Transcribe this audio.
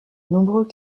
nombreux